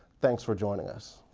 thanks for joining us.